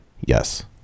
yes